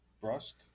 Brusque